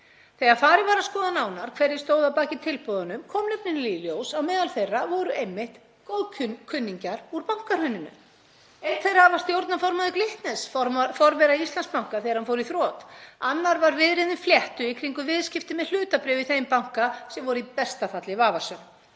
Þegar farið var að skoða nánar hverjir stóðu að baki tilboðunum kom nefnilega í ljós að meðal þeirra voru einmitt góðkunningjar úr bankahruninu. Einn þeirra var stjórnarformaður Glitnis, forvera Íslandsbanka, þegar hann fór í þrot. Annar var viðriðinn fléttu í kringum viðskipti með hlutabréf í þeim banka sem voru í besta falli vafasöm.